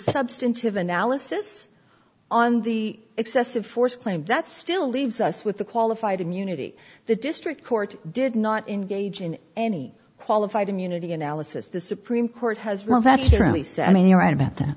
substantive analysis on the excessive force claim that still leaves us with a qualified immunity the district court did not engage in any qualified immunity analysis the supreme court has ruled that i mean you're right about that